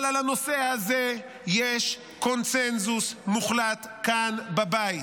אבל על הנושא הזה יש קונסנזוס מוחלט כאן בבית.